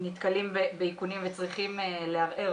שנתקלים באיכונים וצריכים לערער,